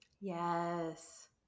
Yes